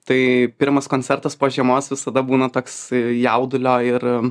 tai pirmas koncertas po žiemos visada būna toks jaudulio ir